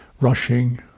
rushing